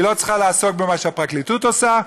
היא לא צריכה לעסוק במה שהפרקליטות עושה.